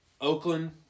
Oakland